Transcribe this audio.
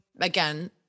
again